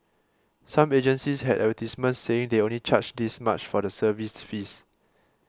some agencies had advertisements saying they only charge this much for the service fees